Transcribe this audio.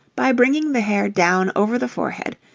by bringing the hair down over the forehead,